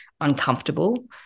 uncomfortable